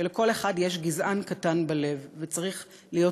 שלכל אחד יש גזען קטן בלב וצריך להיות